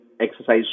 exercise